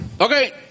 Okay